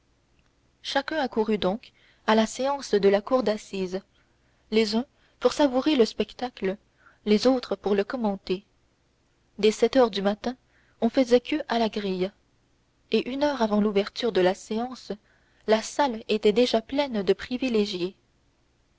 chacun accourut donc à la séance de la cour d'assises les uns pour savourer le spectacle les autres pour le commenter dès sept heures du matin on faisait queue à la grille et une heure avant l'ouverture de la séance la salle était déjà pleine de privilégiés